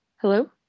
Hello